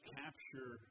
capture